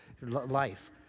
life